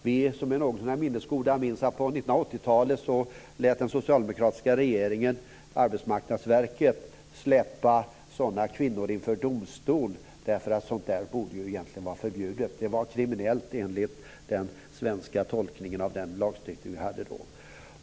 Vi som är någorlunda minnesgoda minns hur den socialdemokratiska regeringen och Arbetsmarknadsverket på 80-talet lät släpa sådana kvinnor inför domstol därför att sådant egentligen borde bara förbjudet. Det var kriminellt enligt den svenska tolkningen av den lagstiftning som vi hade då.